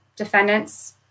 defendants